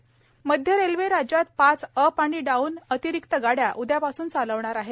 railway आरक्षण मध्य railway राज्यात पाच अप आणि डाऊन अतिरिक्त गाड्या उद्यापासून चालवणार आहे